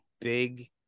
big